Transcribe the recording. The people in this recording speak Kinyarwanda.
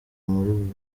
muri